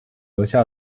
留下